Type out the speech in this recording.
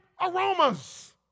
aromas